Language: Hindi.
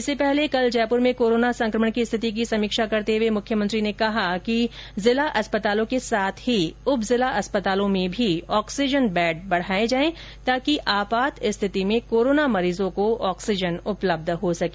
इससे पहले कल जयपूर में कोरोना संक्रमण की स्थिति की समीक्षा करते हुए मुख्यमंत्री ने कहा है कि जिला अस्पतालों के साथ ही उप जिला अस्पतालों में भी ऑक्सिजन बेड बढाये जाये ताकि आपात स्थिति में कोरोना मरीजो को ऑक्सिजन उपलब्ध हो सके